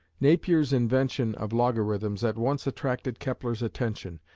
napier's invention of logarithms at once attracted kepler's attention.